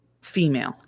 female